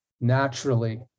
naturally